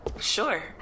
Sure